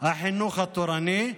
החינוך התורני,